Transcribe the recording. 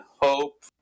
hope